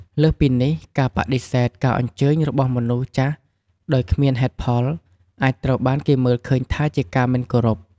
លើសពីនេះ ការបដិសេធការអញ្ជើញរបស់មនុស្សចាស់ដោយគ្មានហេតុផល អាចត្រូវបានគេមើលឃើញថាជាការមិនគោរព។